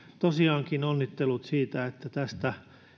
tosiaankin onnittelut siitä että tästä